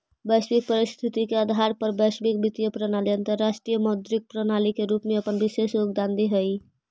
वैश्विक परिस्थिति के आधार पर वैश्विक वित्तीय प्रणाली अंतरराष्ट्रीय मौद्रिक प्रणाली के रूप में अपन विशेष योगदान देऽ हई